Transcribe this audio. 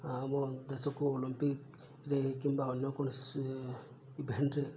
ଆମ ଦେଶକୁ ଓଲମ୍ପିକ୍ରେ କିମ୍ବା ଅନ୍ୟ କୌଣସି ଇଭେଣ୍ଟ୍ରେ